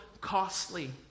costly